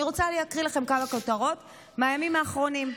אני רוצה להקריא לכם כמה כותרות מהימים האחרונים: